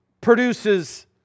produces